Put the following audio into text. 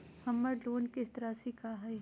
हमर लोन किस्त राशि का हई?